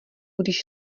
když